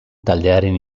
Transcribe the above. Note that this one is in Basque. taldearen